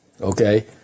okay